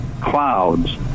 clouds